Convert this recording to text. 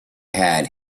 had